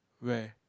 where